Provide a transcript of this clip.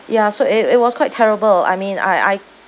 ya so it it was quite terrible I mean I I